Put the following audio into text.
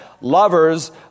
lovers